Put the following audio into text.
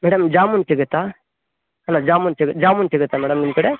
madam jamun ಸಿಗತ್ತಾ ಅಲ್ಲ ಜಾಮೂನ್ ಸಿಗ್ ಜಾಮೂನ್ ಸಿಗತ್ತಾ ಮೇಡಮ್ ನಿಮ್ಮ ಕಡೆ